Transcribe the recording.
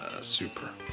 Super